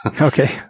Okay